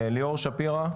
ליאור שפירא?